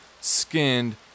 Skinned